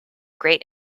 great